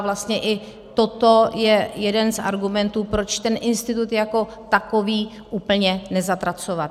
Vlastně i toto je jeden z argumentů, proč ten institut jako takový úplně nezatracovat.